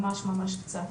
ממש ממש קצת,